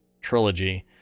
trilogy